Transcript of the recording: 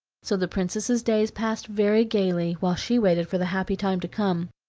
so the princess's days passed very gaily while she waited for the happy time to come.